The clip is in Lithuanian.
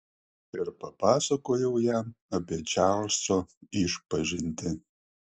ir papasakojau jam apie čarlzo išpažintį